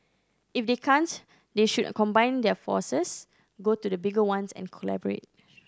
if they can't they should combine their forces go to the bigger ones and collaborate